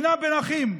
שנאה בין אחים.